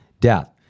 death